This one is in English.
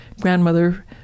grandmother